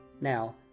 Now